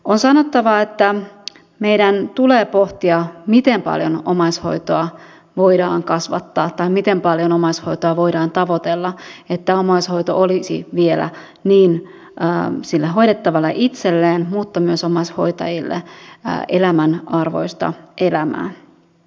on sanottava että meidän tulee pohtia miten paljon omaishoitoa voidaan kasvattaa tai miten paljon omaishoitoa voidaan tavoitella että omaishoito olisi vielä hoidettavalle itselleen mutta myös omaishoitajille elämän arvoista elämää